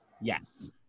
Yes